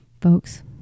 Folks